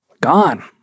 Gone